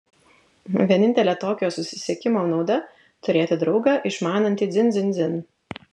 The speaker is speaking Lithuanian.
vienintelė tokio susisiekimo nauda turėti draugą išmanantį dzin dzin dzin